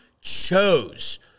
chose